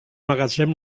magatzem